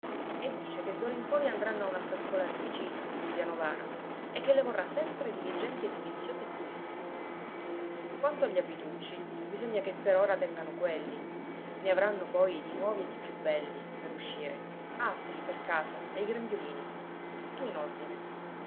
e dice che d'ora in poi andranno a un'altra scuola lì vicino in via novara e che le vorrà sempre diligenti e giudiziose e pulite quanto agli abitucci bisogna che per ora tengano quelli ne avranno poi di nuovi e di più belli per uscire altri per casa e i grembiulini tutto in ordine